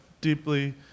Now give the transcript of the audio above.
deeply